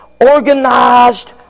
organized